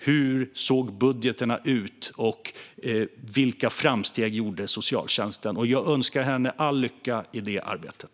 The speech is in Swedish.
Hur såg budgetarna ut, och vilka framsteg gjorde socialtjänsten? Jag önskar henne all lycka i det arbetet.